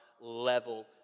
level